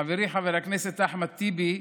חברי חבר הכנסת אחמד טיבי,